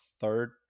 third